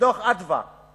בדוח "מרכז אדוה"